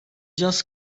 just